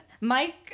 Mike